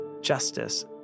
justice